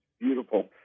Beautiful